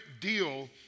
deal